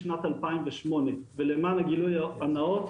הקנאביס הרפואי משנת 2008 ולמען הגילוי הנאות,